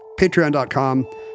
patreon.com